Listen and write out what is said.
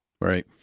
Right